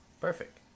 Perfect